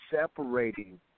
separating